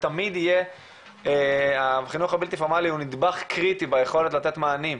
החינוך הבלתי פורמלי הוא נדבך קריטי ביכולת לתת מענים,